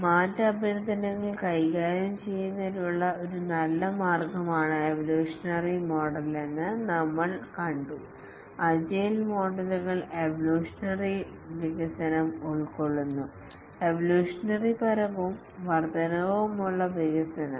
മാറ്റ അഭ്യർത്ഥനകൾ കൈകാര്യം ചെയ്യുന്നതിനുള്ള ഒരു നല്ല മാർഗമാണ് എവൊല്യൂഷനറി മോഡൽ യെന്ന് നമ്മൾ കണ്ടു അജിലെ മോഡൽ കൾ എവൊല്യൂഷനറി വികസനം ഉൾക്കൊള്ളുന്നു എവൊല്യൂഷനറി പരവും വർദ്ധനവുമുള്ള വികസനം